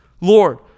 Lord